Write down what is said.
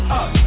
up